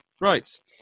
right